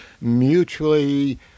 mutually